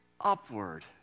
upward